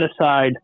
aside